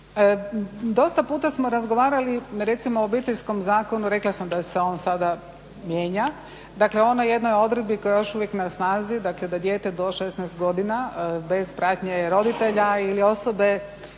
Dosta puta smo razgovarali recimo o Obiteljskom zakonu, rekla sam da se on sada mijenja, dakle onoj jednoj odredbi koja je još uvijek na snazi, da dijete do 16 godina bez pratnje roditelja ili osobe